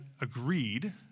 agreed